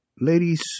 Ladies